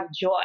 joy